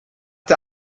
der